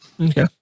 Okay